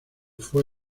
fue